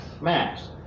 Max